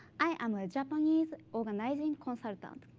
i am a japanese organizing consultant.